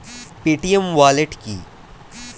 Paytm wallet কি?